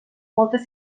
moltes